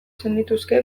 zenituzke